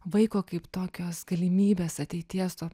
vaiko kaip tokios galimybės ateities to